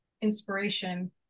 inspiration